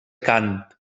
cant